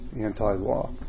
anti-law